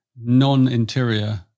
non-interior